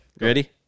Ready